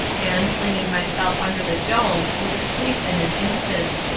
and, flinging myself under the dome, was asleep in an instant.